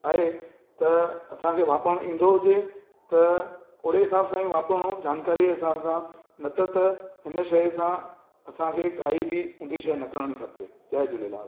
आहे त असांखे वापरणु ईंदो हुजे त ओहिड़े हिसाब सां ई वापरिणो जानकारी जे हिसाब सां नथा त हुन शइ सां असांखे काई बि ऊंधी शइ न करणी खपे जय झूलेलाल